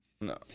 No